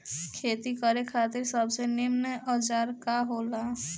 खेती करे खातिर सबसे नीमन औजार का हो ला?